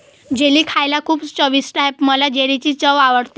jelly खायला खूप चविष्ट आहे मला जेलीची चव आवडते